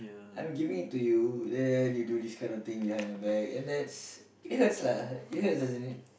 I'm giving it to you then you do this kind of thing behind my back and that's it hurt ah it hurts doesn't it